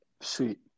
Sweet